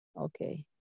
okay